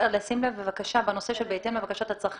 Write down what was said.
בהתאם לבקשת הצרכן,